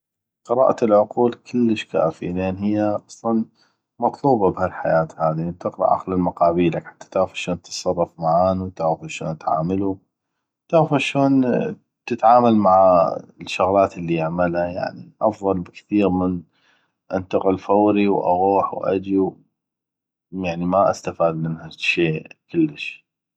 قراءة العقول كلش كافي لان هيه اصلا مطلوبه بهالحياه هاذي من تقرا عقل المقابيلك حته تعغف اشون تتصرف معانو اشون تعاملو تعغف اشون تتعامل مع الشغلات اللي يعمله افضل بكثيغ من ما انتقل فوري واغوح واجي يعني ما استفاد من هالشي كلش